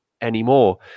anymore